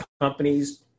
companies